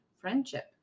friendship